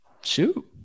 Shoot